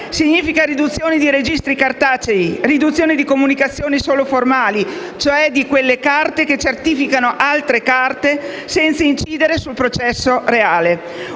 significa riduzione di registri cartacei, riduzione di comunicazioni solo formali, cioè di quelle carte che certificano altre carte senza incidere sul processo reale.